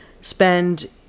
spend